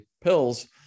pills